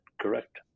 correct